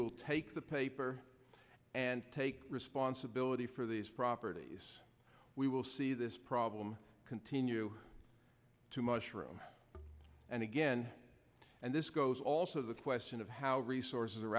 will take the paper and take responsibility for these properties we will see this problem continue to mushroom and again and this goes also the question of how resources